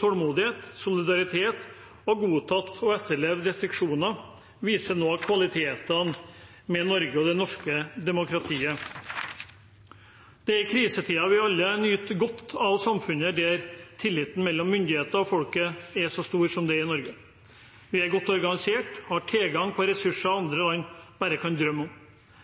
tålmodighet og solidaritet og godtatt og etterlevd restriksjoner, viser noe av kvalitetene ved Norge og det norske demokratiet. Det er i krisetider vi alle nyter godt av et samfunn der tilliten mellom myndighetene og folket er så stor som den er i Norge. Vi er godt organisert og har tilgang på ressurser andre land bare kan drømme om.